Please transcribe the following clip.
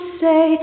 say